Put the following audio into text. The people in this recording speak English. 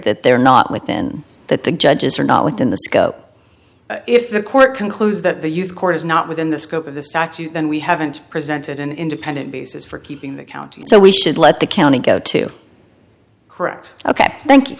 that they're not within that the judges are not within the scope if the court concludes that the u s court is not within the scope of the statute and we haven't presented an independent basis for keeping the count so we should let the county go to correct ok thank you